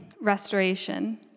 restoration